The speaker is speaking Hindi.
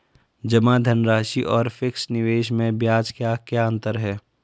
जमा धनराशि और फिक्स निवेश में ब्याज का क्या अंतर है?